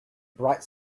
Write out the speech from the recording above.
bright